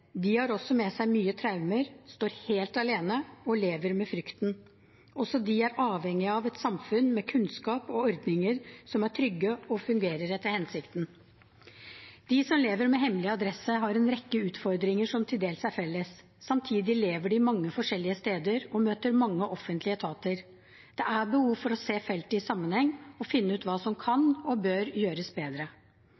De har også med seg mange traumer, står helt alene og lever med frykten. Også de er avhengige av et samfunn med kunnskap og ordninger som er trygge og fungerer etter hensikten. De som lever med hemmelig adresse, har en rekke utfordringer som til dels er felles. Samtidig lever de mange forskjellige steder og møter mange offentlige etater. Det er behov for å se feltet i sammenheng og finne ut hva som kan og bør gjøres bedre. Samme type ordninger som vi kanskje kan